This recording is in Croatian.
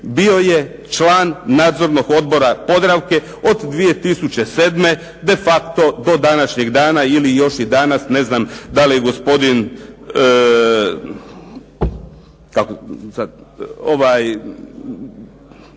bio je član nadzornog odbora Podravke od 2007. de facto do današnjeg dana, da li još i danas da li gospodin Jurčević, da